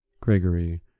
Gregory